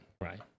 Right